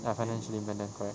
ya financially independent correct